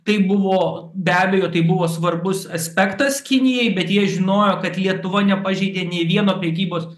tai buvo be abejo tai buvo svarbus aspektas kinijai bet jie žinojo kad lietuva nepažeidė nei vieno prekybos